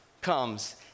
comes